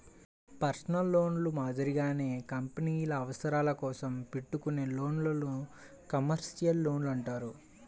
personal లోన్లు మాదిరిగానే కంపెనీల అవసరాల కోసం పెట్టుకునే లోన్లను కమర్షియల్ లోన్లు అంటారు